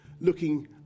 looking